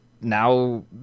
now